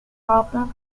problem